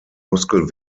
muskel